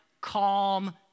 calm